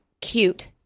cute